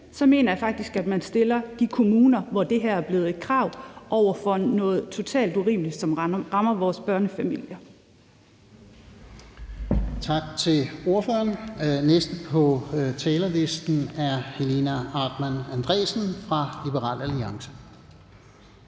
så mener jeg faktisk, man stiller de kommuner, hvor det her er blevet et krav, over for noget totalt urimeligt, som rammer vores børnefamilier.